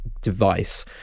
device